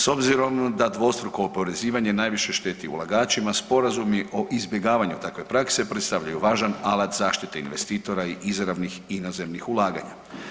S obzirom da dvostruko oporezivanje najviše šteti ulagačima sporazumi o izbjegavanju takve prakse predstavljaju važan alat zaštite investitora i izravnih inozemnih ulaganja.